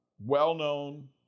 well-known